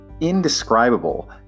Indescribable